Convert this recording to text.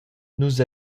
nus